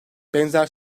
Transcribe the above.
benzer